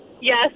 Yes